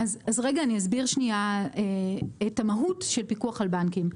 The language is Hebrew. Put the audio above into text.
אני אסביר את המהות של הפיקוח על הבנקים.